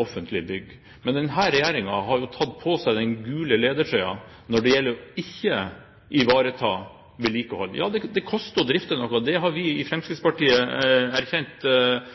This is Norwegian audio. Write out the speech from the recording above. offentlige bygg. Men denne regjeringen har jo tatt på seg den gule ledertrøyen når det gjelder ikke å ivareta vedlikehold. Ja, det koster å drifte noe. Det har vi i Fremskrittspartiet erkjent